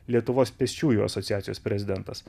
lietuvos pėsčiųjų asociacijos prezidentas